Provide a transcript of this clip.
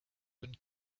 wind